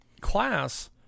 class